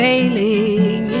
Failing